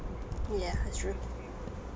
yeah true